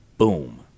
Boom